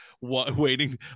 waiting